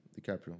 DiCaprio